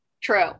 True